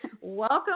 Welcome